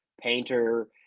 Painter